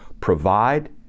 provide